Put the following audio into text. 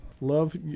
Love